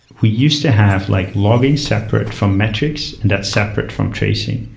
we used to have like logging separate from metrics and that's separate from tracing.